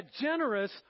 generous